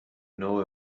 know